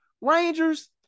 Rangers